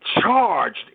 charged